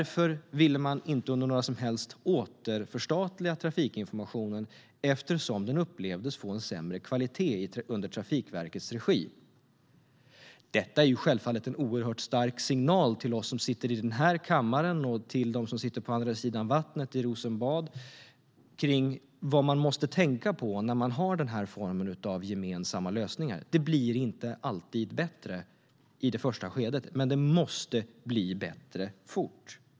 Därför ville man inte under några som helst omständigheter återförstatliga trafikinformationen, eftersom kvaliteten upplevdes som sämre i Trafikverkets regi. Det är självfallet en stark signal till oss i den här kammaren och till dem på andra sidan vattnet, i Rosenbad, om vad man måste tänka på när det gäller den formen av gemensamma lösningar. Det blir inte alltid bättre i det första skedet. Men det måste bli bättre fort.